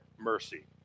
mercy